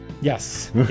Yes